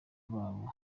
babo